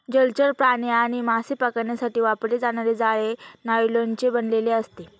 जलचर प्राणी आणि मासे पकडण्यासाठी वापरले जाणारे जाळे नायलॉनचे बनलेले असते